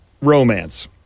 Romance